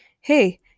Hey